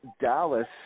Dallas